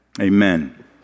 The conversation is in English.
Amen